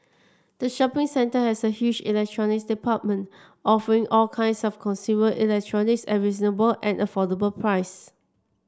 the shopping centre has a huge Electronics Department offering all kinds of consumer electronics at reasonable and affordable price